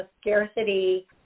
scarcity